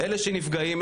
אלה שנפגעים,